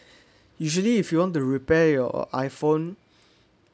usually if you want to repair your iPhone